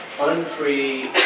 unfree